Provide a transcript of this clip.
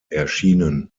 erschienen